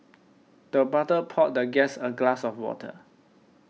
the butler poured the guest a glass of water